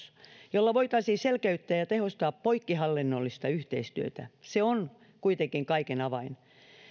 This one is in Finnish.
jolla voitaisiin selkeyttää ja tehostaa poikkihallinnollista yhteistyötä se on kuitenkin kaiken avain